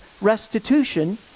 restitution